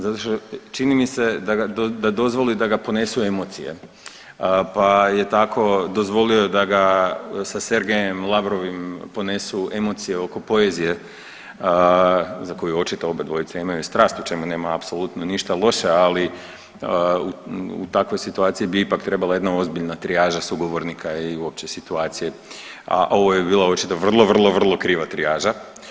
Zato što čini mi se dozvoli da ga ponesu emocije, pa je tako dozvolio da ga sa Sergejem Lavrovim ponesu emocije oko poezije za koju očito oba dvojica imaju strast u čemu nema apsolutno ništa loše, ali u takvoj situaciji bi ipak trebala jedna trijaža sugovornika i uopće situacije, a ovo je bila očito vrlo, vrlo, vrlo kriva trijaža.